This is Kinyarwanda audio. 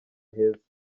heza